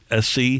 SC